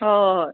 हय